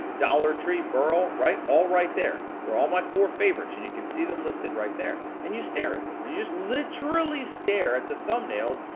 dollar tree, bur rough, all right, all right there. they're all my four favorites, and you can see them listed right there. and you stare at this and you just literally stare, at the thumbnails,